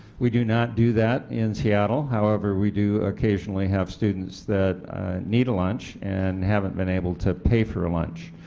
we do not do that in seattle. however we do occasionally have students that need a lunch and haven't been able to pay for lunch.